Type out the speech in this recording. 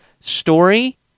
Story